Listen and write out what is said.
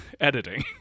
editing